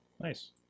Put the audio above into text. Nice